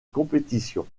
compétition